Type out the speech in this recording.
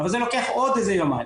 אבל זה לוקח עוד איזה יומיים.